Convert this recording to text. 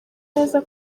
neza